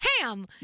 ham